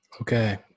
Okay